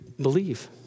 believe